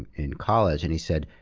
in college. and he said,